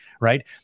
Right